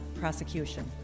prosecution